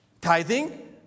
Tithing